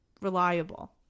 reliable